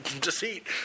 deceit